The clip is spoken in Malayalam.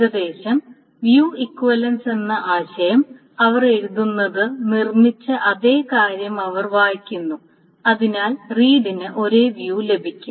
ഏകദേശം വ്യൂ ഇക്വിവലൻസ് എന്ന ആശയം അവർ എഴുതുന്നത് നിർമ്മിച്ച അതേ കാര്യം അവർ വായിക്കുന്നു അതിനാൽ റീഡിന് ഒരേ വ്യൂ ലഭിക്കും